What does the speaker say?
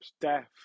death